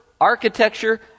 architecture